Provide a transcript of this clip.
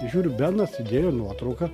žiūriu benas įdėjo nuotrauką